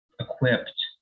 equipped